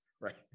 Right